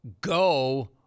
Go